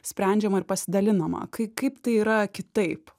sprendžiama ir pasidalinama kai kaip tai yra kitaip